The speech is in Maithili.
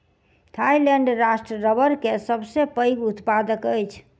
थाईलैंड राष्ट्र रबड़ के सबसे पैघ उत्पादक अछि